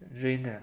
drink uh